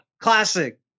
Classic